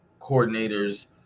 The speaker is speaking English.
coordinators